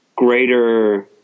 greater